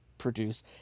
produce